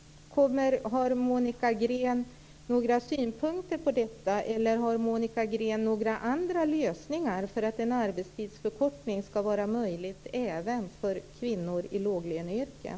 Har Monica Green några synpunkter på detta, eller har Monica Green några andra lösningar för att en arbetstidsförkortning skall vara möjlig även för kvinnor i låglöneyrken?